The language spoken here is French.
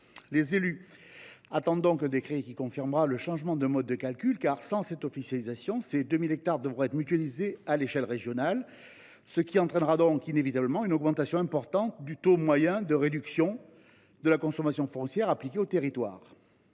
Les élus attendent le décret confirmant le changement de mode de calcul. Sans cette officialisation, les 2 000 hectares devront être mutualisés à l’échelon régional. Cette évolution entraînera donc une augmentation importante du taux moyen de réduction de la consommation foncière appliqué aux territoires.